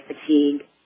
fatigue